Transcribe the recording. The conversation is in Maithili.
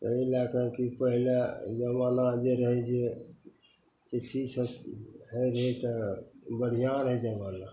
ओहि लैके कि पहिले जमाना जे रहै जे अथीसब होइ रहै जे बढ़िआँ रहै जमाना